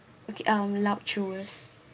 okay um loud chews